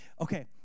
Okay